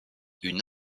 une